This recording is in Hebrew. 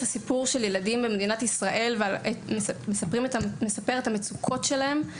הסיפור של ילדים במדינת ישראל ואת המצוקות שלהם.